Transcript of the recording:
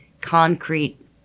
concrete